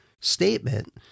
statement